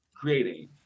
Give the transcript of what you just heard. creating